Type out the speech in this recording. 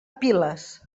piles